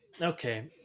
okay